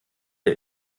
der